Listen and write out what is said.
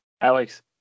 Alex